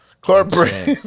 Corporate